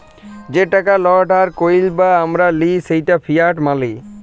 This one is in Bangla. যে টাকা লট আর কইল যা আমরা লিই সেট ফিয়াট মালি